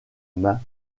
main